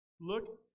Look